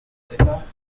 sept